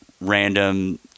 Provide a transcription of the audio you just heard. random